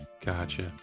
Gotcha